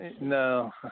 No